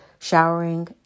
showering